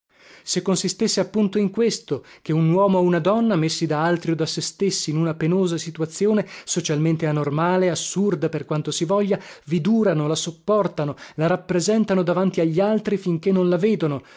se consistesse appunto in questo che un uomo o una donna messi da altri o da se stessi in una penosa situazione socialmente anormale assurda per quanto si voglia vi durano la sopportano la rappresentano davanti agli altri finché non la vedono